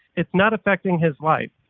it's not affecting his life,